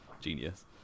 genius